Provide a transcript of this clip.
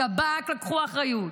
שב"כ לקחו אחריות,